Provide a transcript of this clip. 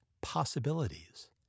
possibilities